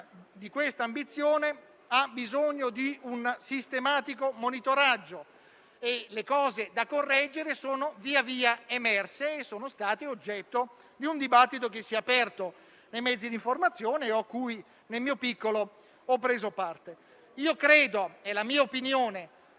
di questa ambizione ha bisogno di un sistematico monitoraggio, le cose da correggere sono via via emerse e sono state oggetto di un dibattito, che si è aperto nei mezzi d'informazione e a cui, nel mio piccolo, ho preso parte. La mia personale opinione